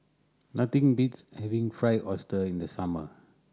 nothing beats having Fried Oyster in the summer